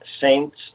saints